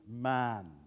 man